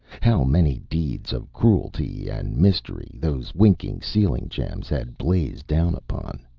how many deeds of cruelty and mystery those winking ceiling-gems had blazed down upon.